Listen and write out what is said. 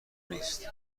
نیست